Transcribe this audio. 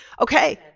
Okay